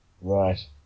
Right